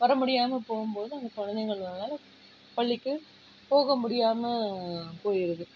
வரமுடியாமல் போகும்போது அந்த குழந்தைகள்னால பள்ளிக்கு போக முடியாமல் போயிடுது